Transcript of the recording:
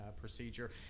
procedure